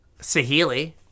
Sahili